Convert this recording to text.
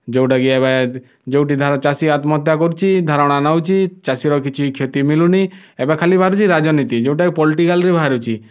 ଯେଉଁଟା କି ଏବେ ଯେଉଁଠି ଧର ଚାଷୀ ଆତ୍ମହତ୍ୟା କରୁଛି ଧାରଣା ନେଉଛି ଚାଷୀର କିଛି କ୍ଷତି ମିଳୁନି ଏବେ ଖାଲି ବାହାରୁଛି ରାଜନୀତି ଯେଉଁଟା ପଲ୍ଟିକାଲ୍ ବାହାରୁଛି